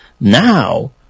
now